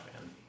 man